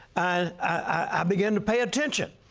i began to pay attention.